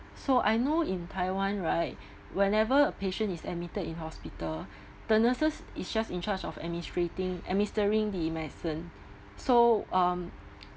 so I know in taiwan right whenever a patient is admitted in hospital the nurses it's just in charge of administrating administering the medicine so um